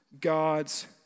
God's